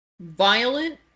Violent